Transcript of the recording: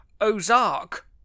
ozark